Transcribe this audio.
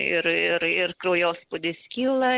ir ir ir kraujospūdis kyla